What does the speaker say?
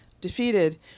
defeated